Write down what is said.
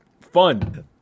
Fun